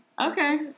Okay